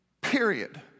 period